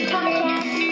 Podcast